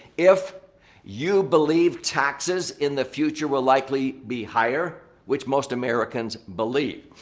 if you believe taxes in the future will likely be higher, which most americans believe.